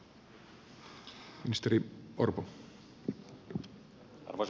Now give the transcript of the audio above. kyllä olen